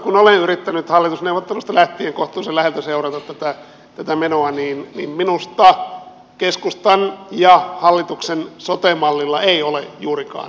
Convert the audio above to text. kun olen yrittänyt hallitusneuvotteluista läh tien kohtuullisen läheltä seurata tätä menoa niin minusta keskustan ja hallituksen sote mallilla ei ole juurikaan eroa